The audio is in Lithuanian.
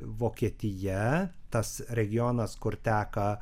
vokietija tas regionas kur teka